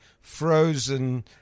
frozen